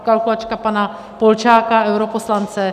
Kalkulačka pana Polčáka, europoslance.